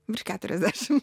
virš keturiasdešim